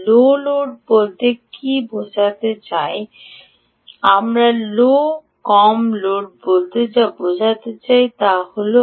লো load বলতে কী বোঝাতে চাই কম লোড বলতে যা বোঝায় তা হল Iload